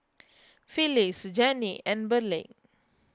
Phylis Gennie and Burleigh